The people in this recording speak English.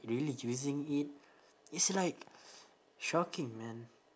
really using it it's like shocking man